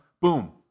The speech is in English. Boom